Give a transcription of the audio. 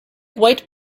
white